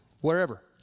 wherever